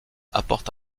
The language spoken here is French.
apporte